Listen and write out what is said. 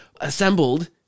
assembled